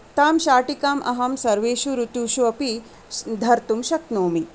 तां शाटिकाम् अहं सर्वेषु ऋतुषु अपि धरतुं शक्नुमि